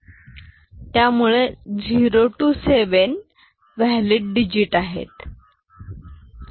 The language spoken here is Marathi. त्यामुळे 0 ते 7 वॅलिड डिजिट आहेत